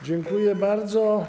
Dziękuję bardzo.